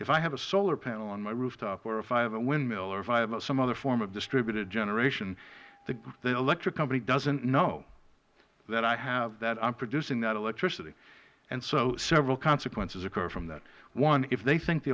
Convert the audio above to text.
if i have a solar panel on my rooftop or if i have a windmill or if i have some other form of distributed generation the electric company doesn't know that i have that i am producing that electricity and so several consequences occur from that one if they think the